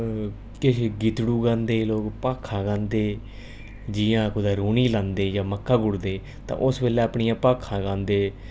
किश गीतड़ू गांदे लोग भाखां गांदे जियां कुतै रुह्नी लांदे जां मक्कां गुड्ढदे ते उस बेल्लै अपनियां भाखां गांदे